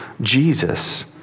Jesus